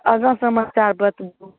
आगाँ समाचार बताबू